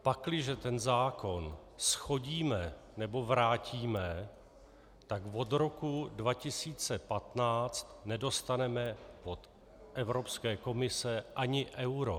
Pakliže zákon shodíme, nebo vrátíme, tak od roku 2015 nedostaneme od Evropské komise ani euro.